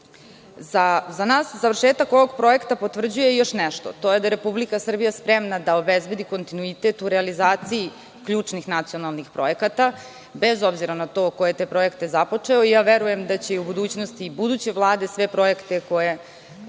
nas završetak ovog projekta potvrđuje još nešto. To je da je Republika Srbija spremna da obezbedi kontinuitet u realizaciji ključnih nacionalnih projekata bez obzira na ko je te projekte započeo i ja verujem da će i u budućnosti buduće vlade sve projekte koje